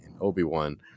obi-wan